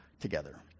together